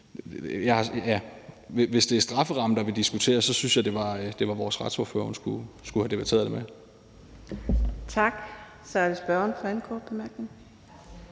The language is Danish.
hvis det er strafferammen, der bliver diskuteret, så synes jeg, det var vores retsordfører, hun skulle have debatteret det med. Kl. 16:21 Fjerde næstformand